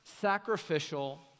sacrificial